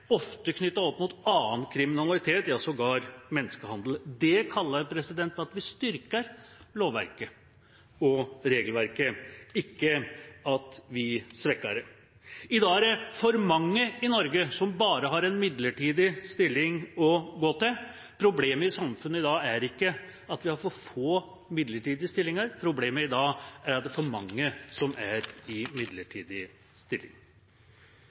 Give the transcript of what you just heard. ofte knyttet opp mot annen kriminalitet, ja sågar menneskehandel. Det kaller på at vi styrker lovverket og regelverket, ikke at vi svekker det. I dag er det for mange i Norge som bare har en midlertidig stilling å gå til. Problemet i samfunnet i dag er ikke at vi har for få midlertidige stillinger, problemet i dag er at det er for mange som er i midlertidig stilling.